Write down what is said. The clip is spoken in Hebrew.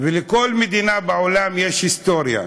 לכל מדינה בעולם יש היסטוריה,